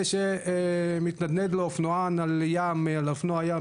כשאופנוען מתנדנד לו שיכור על אופנוע ים